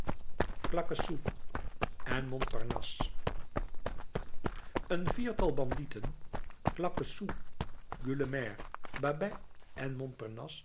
claquesous en montparnasse een viertal bandieten claquesous gueulemer babet en